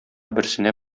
берсенә